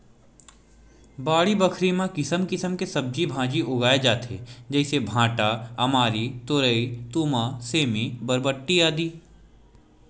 बाड़ी बखरी म किसम किसम के सब्जी भांजी उगाय जाथे जइसे भांटा, अमारी, तोरई, तुमा, सेमी, बरबट्टी, आदि